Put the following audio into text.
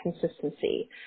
consistency